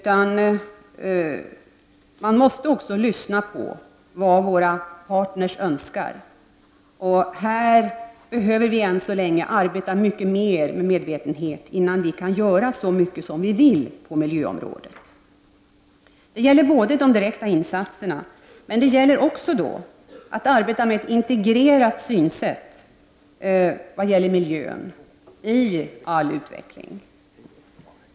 Vi måste också lyssna på vad våra partner önskar. Och vi behöver arbeta mycket mer med medvetenhet, innan vi kan göra så mycket som vi vill på miljöområdet. Det gäller både de direkta insatserna och ett integrerat synsätt i fråga om miljön.